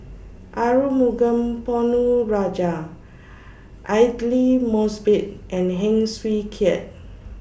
Arumugam Ponnu Rajah Aidli Mosbit and Heng Swee Keat